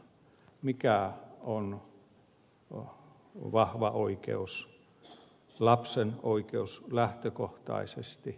mikä on vahva oikeus lapsen oikeus lähtökohtaisesti isään